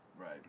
Right